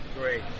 Great